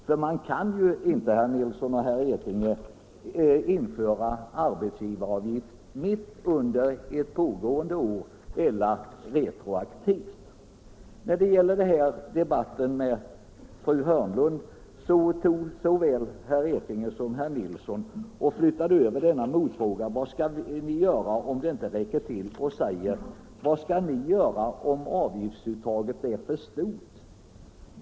Ty man kan ju inte, herr Nilsson i Tvärålund och herr Ekinge, införa arbetsgivaravgift under ett pågående budgetår eller retroaktivt. Sedan ställde fru Hörnlund frågan: Vad skall ni göra om pengarna inte räcker till? Och herr Nilsson i Tvärålund och herr Ekinge ställde motfrågan: Vad skall ni göra om avgiftsuttaget är för stort?